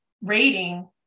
rating